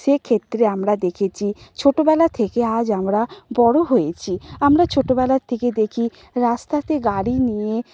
সেই ক্ষেত্রে আমরা দেখেছি ছোটোবেলা থেকে আজ আমরা বড়ো হয়েছি আমরা ছোটোবেলা থেকে দেখি রাস্তাতে গাড়ি নিয়ে